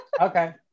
okay